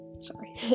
sorry